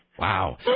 Wow